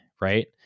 right